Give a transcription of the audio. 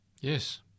Yes